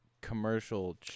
commercial